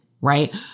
right